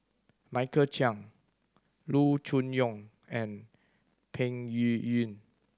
Michael Chiang Loo Choon Yong and Peng Yuyun